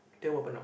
then will burn out